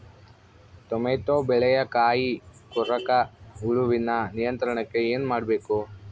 Tomato ಬೆಳೆಯ ಕಾಯಿ ಕೊರಕ ಹುಳುವಿನ ನಿಯಂತ್ರಣಕ್ಕೆ ಏನು ಮಾಡಬೇಕು?